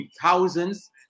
thousands